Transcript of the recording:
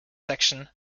section